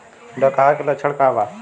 डकहा के लक्षण का वा?